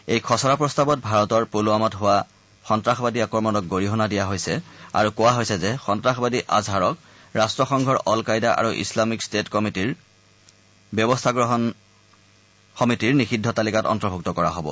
এই খচৰা প্ৰস্তাৱত ভাৰতৰ পূলৱামাত হোৱা সন্তাসবাদী আক্ৰমণক গৰিহণা দিয়া হৈছে আৰু কোৱা হৈছে যে সন্তাসবাদী আজহাৰক ৰাট্টসংঘৰ অলকায়দা আৰু ইছলামিক টেট সমিতিৰ নিষিদ্ধ তালিকাত অন্তৰ্ভুক্ত কৰা হ'ব